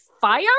fire